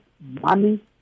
money